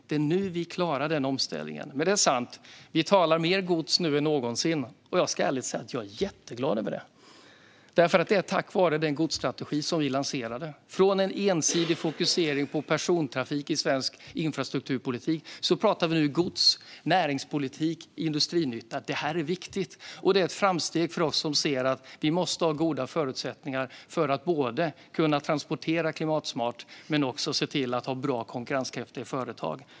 Det är nu vi klarar den. Det är sant: Vi talar mer gods nu än någonsin, och jag ska ärligt säga att jag är jätteglad över det. Det är tack vare den godsstrategi som vi lanserade. Från en ensidig fokusering på persontrafik i svensk infrastrukturpolitik har vi gått över till att nu prata gods, näringspolitik och industrinytta. Detta är viktigt, och det är ett framsteg för oss som ser att vi måste ha goda förutsättningar för att både kunna transportera klimatsmart och ha bra och konkurrenskraftiga företag.